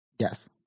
Yes